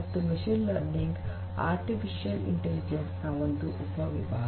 ಮತ್ತು machine learning artificial intelligence ನ ಒಂದು ಉಪವಿಭಾಗ